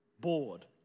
Bored